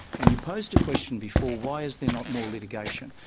and you posed a question before, why is there not more litigation?